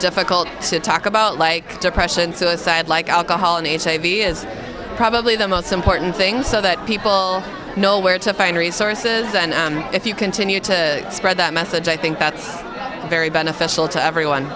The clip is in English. difficult to talk about like depression suicide like alcohol an a t v is probably the most important thing so that people know where to find resources and if you continue to spread that message i think that's very beneficial to everyone